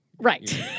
Right